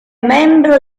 membro